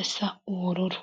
asa ubururu.